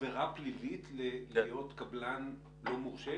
זו עבירה פלילית להיות קבלן לא מורשה?